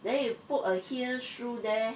then you put a here shoe there